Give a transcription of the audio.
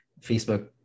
Facebook